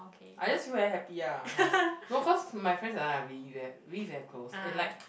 I just feel very happy ah of cause no cause my friends and I are really very really very close and like